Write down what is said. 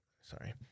sorry